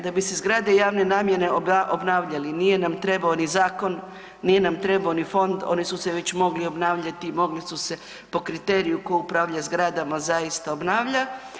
Da bi se zgrade javne namjene obnavljali nije nam trebao ni zakon, nije nam trebao ni fond, oni su se već mogli obnavljati, mogli su se po kriteriju ko upravlja zgradama zaista obnavlja.